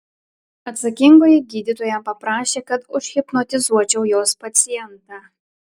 atsakingoji gydytoja paprašė kad užhipnotizuočiau jos pacientą